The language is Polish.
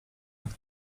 jak